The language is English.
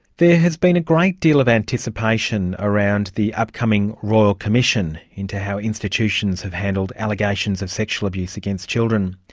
there has been a great deal of anticipation around the upcoming royal commission into how institutions have handled allegations of sexual abuse against children.